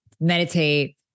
meditate